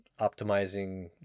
optimizing